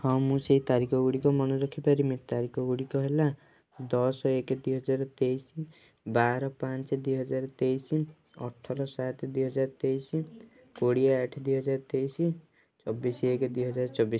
ହଁ ମୁଁ ସେଇ ତାରିଖ ଗୁଡ଼ିକ ମନେରଖି ପାରିମି ତାରିଖ ଗୁଡ଼ିକ ହେଲା ଦଶ ଏକ ଦୁଇ ହଜାର ତେଇଶି ବାର ପାଞ୍ଚ ଦୁଇ ହଜାର ତେଇଶି ଅଠର ସାତ ଦୁଇ ହଜାର ତେଇଶି କୋଡ଼ିଏ ଆଠ ଦୁଇ ହଜାର ତେଇଶି ଚବିଶି ଏକ ଦୁଇ ହଜାର ଚବିଶି